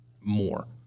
more